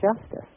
justice